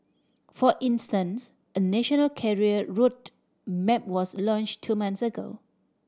for instance a national career road map was launched two months ago